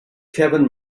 kevin